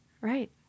Right